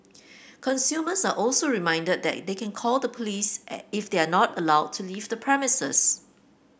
consumers are also reminded that they can call the police if they are not allowed to leave the premises